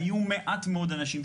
היו מעט מאוד אנשים,